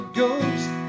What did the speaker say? ghost